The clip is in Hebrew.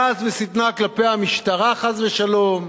כעס ושטנה כלפי המשטרה, חס ושלום,